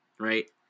right